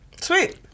Sweet